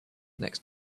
next